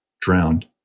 drowned